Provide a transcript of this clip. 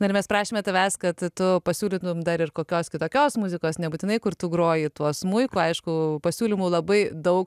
na ir mes prašėme tavęs kad tu pasiūlytum dar ir kokios kitokios muzikos nebūtinai kur tu groji tuo smuiku aišku pasiūlymų labai daug